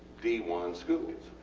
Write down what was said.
d one schools,